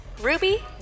Ruby